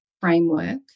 framework